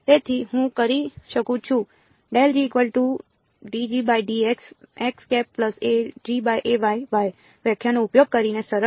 તેથી હું કરી શકું છું વ્યાખ્યાનો ઉપયોગ કરીને સરળ